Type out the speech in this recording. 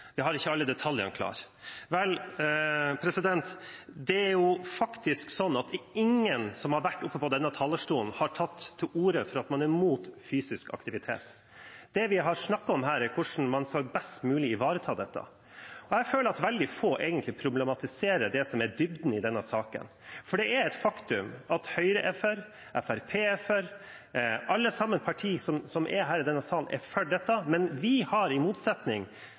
man har ikke alle detaljene klare. Vel, det er faktisk sånn at ingen som har vært oppe på denne talerstolen, har tatt til orde for at man er mot fysisk aktivitet. Det vi har snakket om her, er hvordan man best mulig skal ivareta dette. Jeg føler at veldig få egentlig problematiserer det som er dybden i denne saken. Det er et faktum at Høyre er for, Fremskrittspartiet er for – alle partier som er i denne salen, er for dette. Vi har tatt tak i